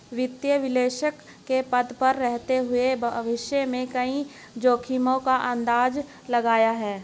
वित्तीय विश्लेषक के पद पर रहते हुए भविष्य में कई जोखिमो का अंदाज़ा लगाया है